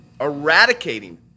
eradicating